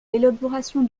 l’élaboration